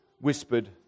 whispered